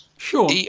sure